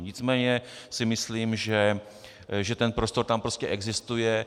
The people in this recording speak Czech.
Nicméně si myslím, že prostor tam prostě existuje.